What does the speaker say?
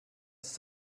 ist